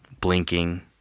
blinking